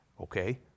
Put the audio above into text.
Okay